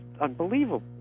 unbelievable